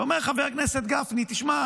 ואומר חבר הכנסת גפני: תשמע,